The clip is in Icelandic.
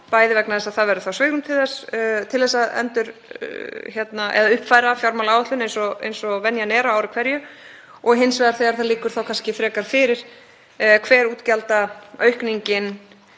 bæði vegna þess að það verður þá svigrúm til þess að uppfæra fjármálaáætlun eins og venjan er á ári hverju og hins vegar liggur þá kannski frekar fyrir hver útgjaldaaukningin